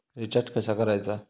Recharge कसा करायचा?